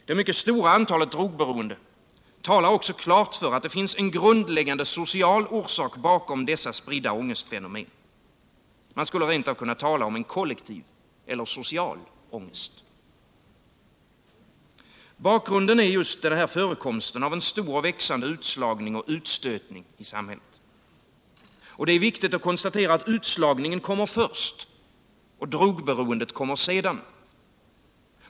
Det mycket stora antalet drogberoende talar också klart för att det finns en grundläggande social orsak bakom dessa spridda ångestfenomen. Man skulle rentav kunna tala om en kollektiv eller social ångest. Bakgrunden är just förekomsten av en stor och växande utslagning och utstötning i samhället. Det är viktigt att konstatera att utslagningen kommer först — drogberoendet sedan.